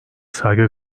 saygı